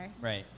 Right